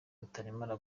rutaremara